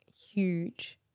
huge